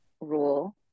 rule